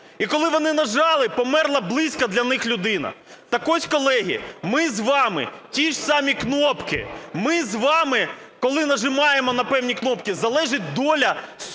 І коли вони нажали, померла близька для них людина. Так ось, колеги, ми з вами – ті ж самі кнопки, ми з вами, коли нажимаємо на певні кнопки, залежить доля сотень